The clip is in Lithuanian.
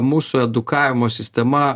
mūsų edukavimo sistema